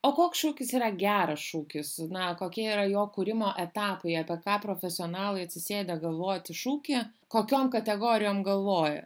o koks šūkis yra geras šūkis na kokie yra jo kūrimo etapai apie ką profesionalai atsisėdę galvoti šūkį kokiom kategorijom galvoja